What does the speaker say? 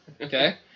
okay